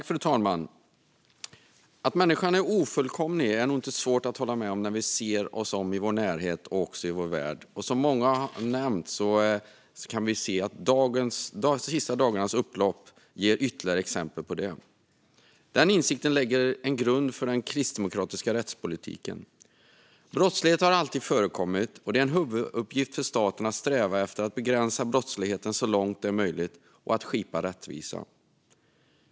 Fru talman! Att människan är ofullkomlig är nog inte svårt att hålla med om när vi ser oss om i vår närhet och också i vår värld. Som många har nämnt kan vi se att de senaste dagarnas upplopp ger ytterligare exempel på det. Denna insikt lägger en grund för den kristdemokratiska rättspolitiken. Brottslighet har alltid förekommit, och det är en huvuduppgift för staten att sträva efter att begränsa brottsligheten så långt det är möjligt och att skipa rättvisa.